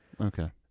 Okay